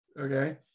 okay